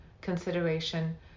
consideration